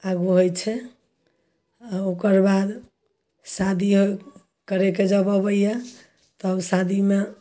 आगु होइत छै आ ओकरबाद शादी होइ करैके जब अबैए तब शादीमे